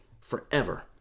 forever